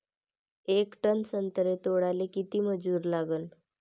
येक टन संत्रे तोडाले किती मजूर लागन?